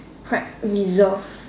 quite reserved